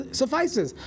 suffices